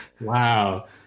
Wow